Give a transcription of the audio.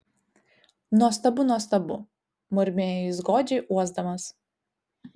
nuostabu nuostabu murmėjo jis godžiai uosdamas